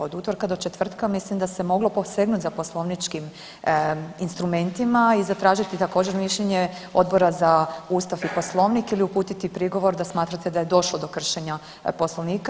Od utorka do četvrtka mislim se moglo posegnuti za poslovničkim instrumentima i zatražiti također mišljenje Odbora za Ustav i Poslovnik ili uputiti prigovor da smatrate da došlo do kršenja Poslovnika.